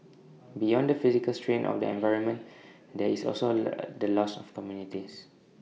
beyond the physical strain of the environment there is also A the loss of communities